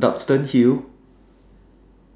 Duxton Hill